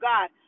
God